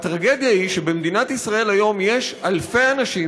הטרגדיה היא שבמדינת ישראל היום יש אלפי אנשים